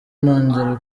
nongera